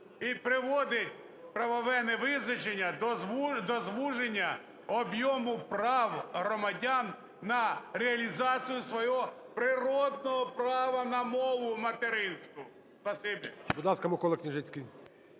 І приводить правове невизначення до звуження об'єму прав громадян на реалізацію свого природного права на мову материнську. Спасибі. ГОЛОВУЮЧИЙ. Будь ласка, Микола Княжицький.